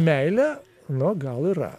meilė na gal yra